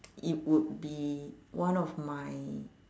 it would be one of my